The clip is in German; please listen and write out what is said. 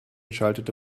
schaltete